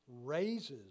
raises